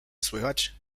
słychać